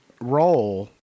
role